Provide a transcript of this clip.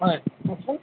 হয় কওকচোন